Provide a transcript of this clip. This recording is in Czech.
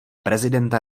prezidenta